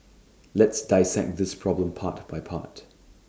let's dissect this problem part by part